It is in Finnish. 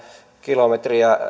kilometriä tunnissa